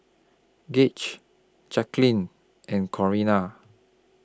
Gauge Jacquelin and Corina